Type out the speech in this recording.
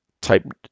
type